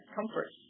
comfort